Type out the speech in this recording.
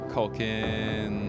Culkin